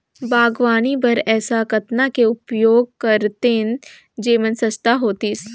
बागवानी बर ऐसा कतना के उपयोग करतेन जेमन सस्ता होतीस?